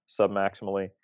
submaximally